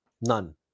None